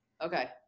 Okay